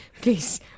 Please